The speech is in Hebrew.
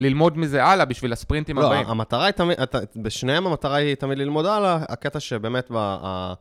ללמוד מזה הלאה בשביל הספרינטים הבאים. לא, המטרה היא תמיד... בשניהם המטרה היא תמיד ללמוד הלאה, הקטע שבאמת...